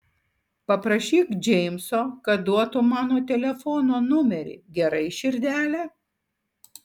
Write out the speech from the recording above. paprašyk džeimso kad duotų mano telefono numerį gerai širdele